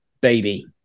baby